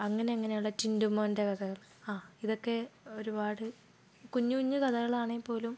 അങ്ങനെ അങ്ങനെയുള്ള ടിൻറ്റു മോൻ്റെ കഥകൾ ആ ഇതൊക്കെ ഒരുപാട് കുഞ്ഞ് കുഞ്ഞ് കഥാകളാണേ പോലും